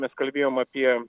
mes kalbėjom apie